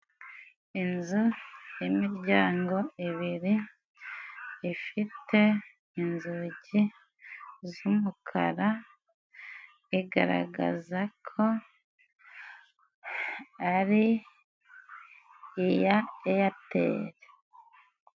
Inzu y'imiryango ibiri，ifite inzugi zumukara，igaragaza ko ari iya iyateri.